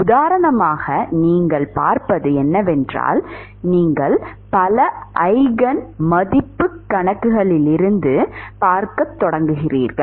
உதாரணமாக நீங்கள் பார்ப்பது என்னவென்றால் நீங்கள் பல ஈஜென் மதிப்பு கணக்கிலிருந்து பார்க்கத் தொடங்குகிறீர்கள்